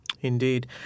Indeed